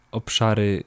obszary